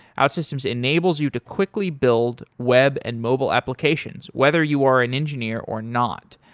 outsystems enables you to quickly build web and mobile applications, whether you are an engineer or not.